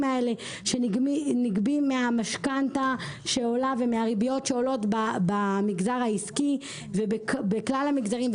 האלה שנגבים מהמשכנתה שעולה ומהריביות שעולות במגזר העסקי ובכלל המגזרים,